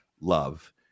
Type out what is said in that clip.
love